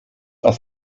auf